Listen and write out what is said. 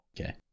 Okay